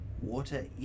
Water